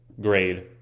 grade